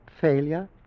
failure